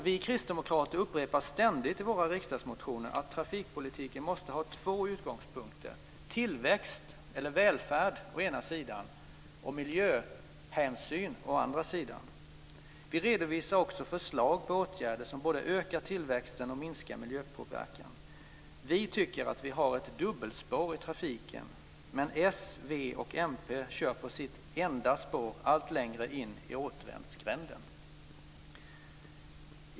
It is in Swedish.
Vi kristdemokrater upprepar ständigt i våra riksdagsmotioner att trafikpolitiken måste ha två utgångspunkter, nämligen tillväxt eller välfärd å ena sidan och miljöhänsyn å andra sidan. Vi redovisar också förslag på åtgärder som både ökar tillväxten och minskar miljöpåverkan. Vi tycker att vi har ett dubbelspår i trafiken, men s, v och mp kör på sitt enda spår allt längre in i återvändsgränden.